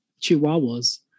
chihuahuas